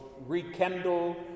rekindle